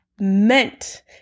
meant